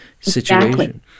situation